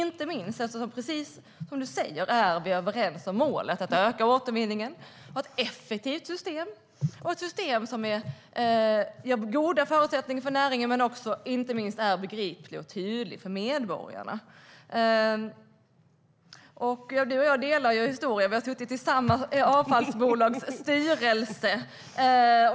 Precis som Gunilla Nordgren säger är vi överens om målen: att öka återvinningen, att ha ett effektivt system som ger goda förutsättningar för näringen och inte minst är begripligt och tydligt för medborgarna. Vi delar ju historia. Vi har suttit i samma avfallsbolags styrelse.